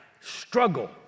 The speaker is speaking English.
struggle